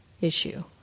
issue